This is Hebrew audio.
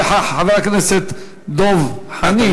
שאלה לך, חבר הכנסת דב חנין.